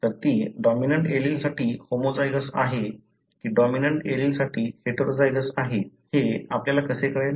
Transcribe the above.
तर ती डॉमिनंट एलीलसाठी होमोझायगोस आहे की डॉमिनंट एलीलसाठी हेटेरोझायगस आहे हे आपल्याला कसे कळेल